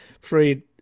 freed